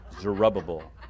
Zerubbabel